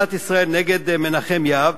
מדינת ישראל מדינת ישראל נגד מנחם יהב,